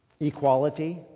Equality